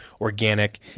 organic